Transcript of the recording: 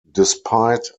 despite